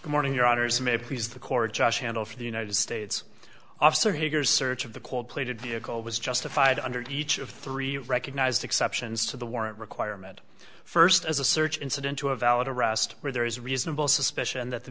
good morning your honor is may please the court josh handle for the united states officer hagar's search of the cold plated vehicle was justified under the each of three recognized exceptions to the warrant requirement first as a search incident to a valid arrest where there is reasonable suspicion that the